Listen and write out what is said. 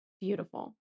Beautiful